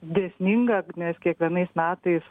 dėsninga nes kiekvienais metais